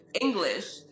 english